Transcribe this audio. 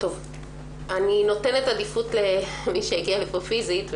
אני נותנת עדיפות למי שהגיע לפה פיזית.